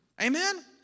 Amen